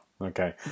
Okay